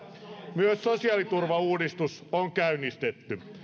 myös sosiaaliturvauudistus on käynnistetty